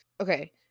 okay